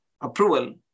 approval